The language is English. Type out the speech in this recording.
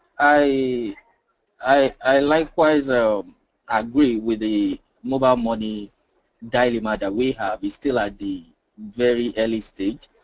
i i likewise um agree with the mobile money dilemma that we have. it's still at the very early stage.